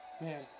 Man